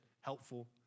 helpful